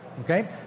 okay